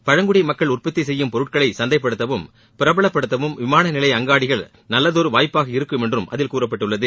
பழங்குடி மக்கள் உற்பத்தி செய்யும் பொருட்களை சந்தைபடுத்தவும் பிரபலபடுத்தவும் விமான நிலைய அங்காடிகள் நல்லதொரு வாய்ப்பாக இருக்கும் என்று அதில் கூறப்பட்டுள்ளது